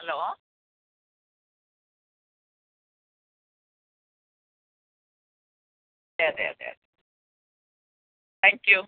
hello അതെയതെയതെ thank you